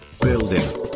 Building